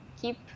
keep